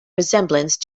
resemblance